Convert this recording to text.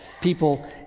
people